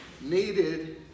needed